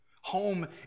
Home